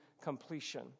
completion